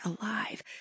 alive